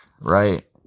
right